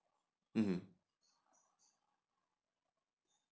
mmhmm